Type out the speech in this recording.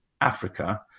Africa